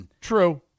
True